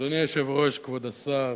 אדוני היושב-ראש, כבוד השר,